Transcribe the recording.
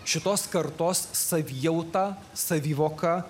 šitos kartos savijautą savivoką